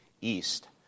east